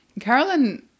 Carolyn